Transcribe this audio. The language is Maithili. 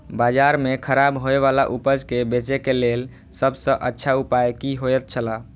बाजार में खराब होय वाला उपज के बेचे के लेल सब सॉ अच्छा उपाय की होयत छला?